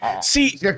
See